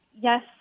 yes